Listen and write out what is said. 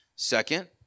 Second